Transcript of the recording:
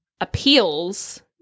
appeals